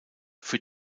für